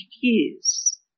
years